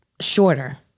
shorter